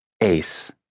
Ace